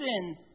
sin